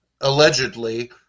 Allegedly